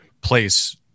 place